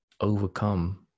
Overcome